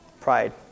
pride